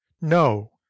no